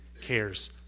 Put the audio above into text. cares